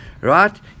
right